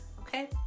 okay